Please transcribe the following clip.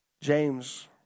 James